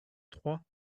trois